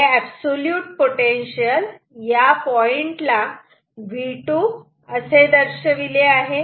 हे absolute potential या पॉइंटला V2 असे दर्शविले आहे